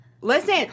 Listen